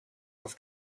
off